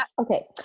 Okay